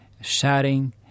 shouting